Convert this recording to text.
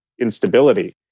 instability